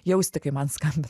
jausti kai man skamba